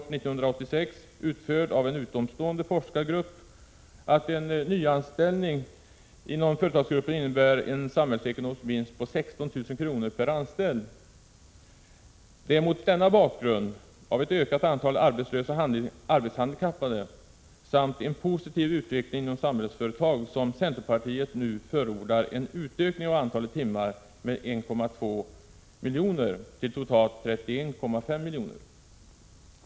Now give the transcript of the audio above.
1986/87:94 utomstående forskargrupp, att en nyanställning inom företagsgruppen 25 mars 1987 innebär en samhällsekonomisk vinst på 16 000 kr. per anställd. Det är mot denna bakgrund av ett ökat antal arbetslösa arbetshandikappade samt en positiv utveckling inom Samhällsföretag som centerpartiet nu förordar en utökning av antalet timmar med 1,2 miljoner till totalt 31,5 miljoner.